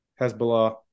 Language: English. Hezbollah